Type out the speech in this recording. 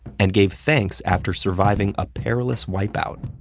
and gave thanks after surviving a perilous wipeout.